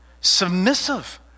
submissive